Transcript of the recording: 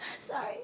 Sorry